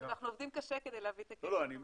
אנחנו עובדים קשה כדי להביא את הכסף, אבל כן.